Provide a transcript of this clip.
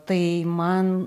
tai man